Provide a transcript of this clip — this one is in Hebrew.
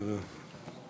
תודה.